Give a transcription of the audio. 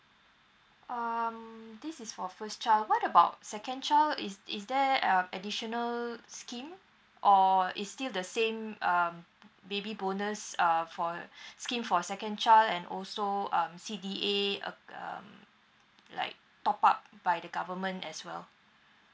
um this is for first child what about second child is is there um additional scheme or is still the same uh baby bonus uh for scheme for second child and also um C_D_A a~ um like top up by the government as well